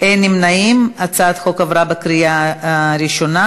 אם כן, יש לנו רשימת דוברים.